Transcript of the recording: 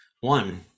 One